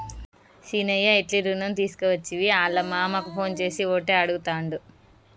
సీనయ్య ఎట్లి రుణం తీసుకోవచ్చని ఆళ్ళ మామకు ఫోన్ చేసి ఓటే అడుగుతాండు